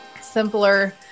simpler